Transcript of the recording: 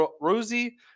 Rosie